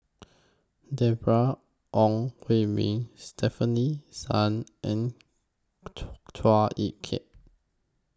Deborah Ong Hui Min Stefanie Sun and Chua Ek Kay